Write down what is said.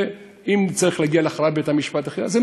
ואם צריך להגיע להכרעת בית-המשפט אחרי זה,